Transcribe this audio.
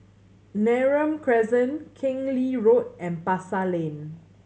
Neram Crescent Keng Lee Road and Pasar Lane